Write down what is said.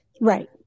Right